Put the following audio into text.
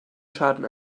schaden